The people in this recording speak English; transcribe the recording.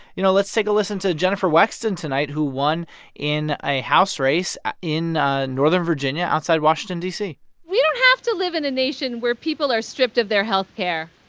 you know, let's take a listen to jennifer wexton tonight, who won in a house race in northern virginia outside washington, d c we don't have to live in a nation where people are stripped of their health care.